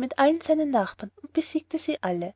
mit allen seinen nachbarn und besiegte sie alle